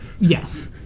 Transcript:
Yes